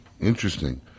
interesting